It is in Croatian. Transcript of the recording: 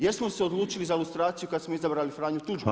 Jesmo li se odlučili za lustraciju kad smo izabrali Franju